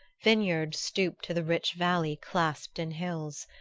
vineyards stooped to the rich valley clasped in hills.